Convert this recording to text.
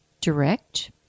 direct